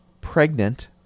pregnant